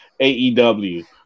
AEW